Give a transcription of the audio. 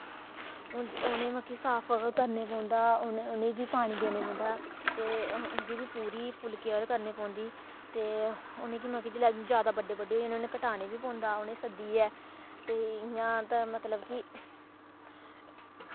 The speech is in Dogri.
उ उ'नें मतलब कि साफ करने पौंदा उ'नें उ'नेंगी पानी देने पौंदा ते उं'दी बी पूरी फुल्ल केयर करने पौंदी ते उ'नें गी मतलब कि जिल्लै जादा बड्डे बड्डे होई जान उ'नें गी कटाने बी पौंदा उ'नें गी सद्दियै ते इ'यां ता मतलब कि